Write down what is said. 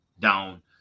down